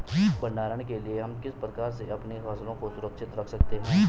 भंडारण के लिए हम किस प्रकार से अपनी फसलों को सुरक्षित रख सकते हैं?